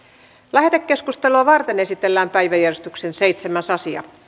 lähetekeskustelua varten esitellään päiväjärjestyksen seitsemäs asia